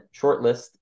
Shortlist